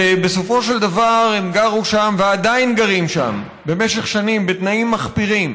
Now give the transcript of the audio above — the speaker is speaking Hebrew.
ובסופו של דבר הם גרו שם ועדיין גרים שם במשך שנים בתנאים מחפירים.